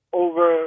over